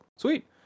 Sweet